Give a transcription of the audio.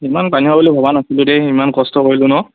ইমান পানী হ'ব বুলি ভবা নাছিলোঁ দেই ইমান কষ্ট কৰিলোঁ ন